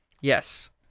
Yes